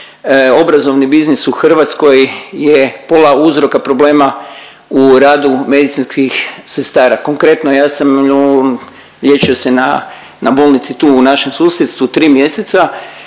obrazovni biznis u Hrvatskoj je pola uzroka problema u radu medicinskih sestra. Konkretno ja sam liječio se na bolnici tu našem susjedstvu tri mjeseca